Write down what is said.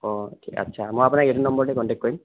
অঁ আচ্ছা মই আপোনাক এইটো নম্বৰতে কণ্টেক্ট কৰিম